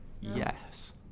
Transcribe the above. Yes